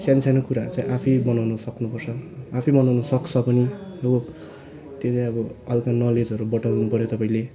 सानो सानो कुराहरू चाहिँ आफै बनाउनु सक्नुपर्छ आफै बनाउनु सक्छ पनि हो त्यो चाहिँ अब हल्का नलेजहरू बटुल्नु पऱ्यो तपाईँले